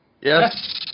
Yes